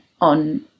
on